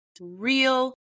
real